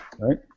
Right